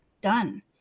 done